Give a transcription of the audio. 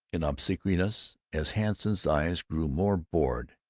in obsequiousness, as hanson's eyes grew more bored,